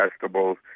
vegetables